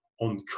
on